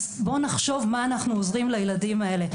בואו נחשוב מה אנחנו עוזרים לילדים האלה,